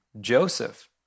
Joseph